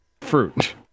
fruit